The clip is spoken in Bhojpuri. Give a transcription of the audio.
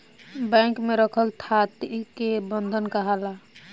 बैंक में रखल थाती के बंधक काहाला